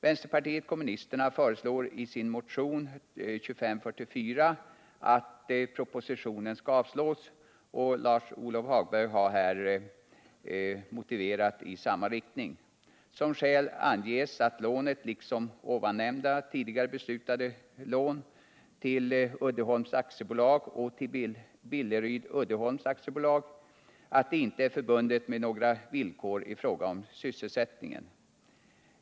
Vänsterpartiet kommunisterna föreslår i motionen 1978/79:2544 att propositionen skall avslås. Lars-Ove Hagberg har också framfört motiveringarna. Som skäl anges att lånet - liksom nyssnämnda, tidigare beslutade lån till Uddeholms AB och till Billerud Uddeholm AB inte är förbundet med några villkor i fråga om sysselsättningen.